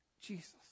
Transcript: Jesus